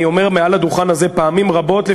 אני אומר מעל הדוכן הזה פעמים רבות,